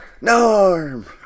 Norm